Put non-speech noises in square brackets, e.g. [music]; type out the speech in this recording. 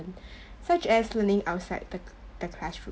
[breath] such as learning outside the c~ the classroom